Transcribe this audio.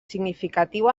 significatiu